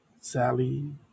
Sally